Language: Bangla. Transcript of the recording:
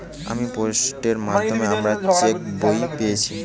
আমি পোস্টের মাধ্যমে আমার চেক বই পেয়েছি